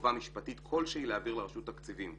חובה משפטית כלשהי להעביר לרשות תקציבים.